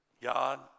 God